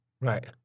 Right